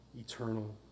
eternal